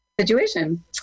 situation